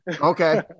okay